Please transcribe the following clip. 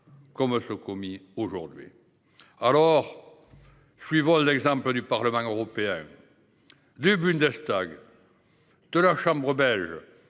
Comme ceux commis aujourd'hui. Alors. Suivant l'exemple du Parlement européen. Du Bundestag. De la Chambre belge